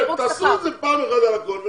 תעשו את זה פעם אחת על הכול ונגמר.